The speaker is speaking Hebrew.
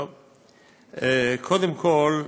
קודם כול,